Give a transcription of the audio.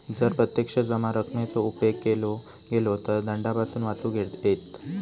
जर प्रत्यक्ष जमा रकमेचो उपेग केलो गेलो तर दंडापासून वाचुक येयत